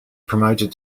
promoted